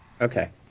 Okay